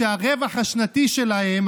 והרווח השנתי שלהם,